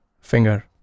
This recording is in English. finger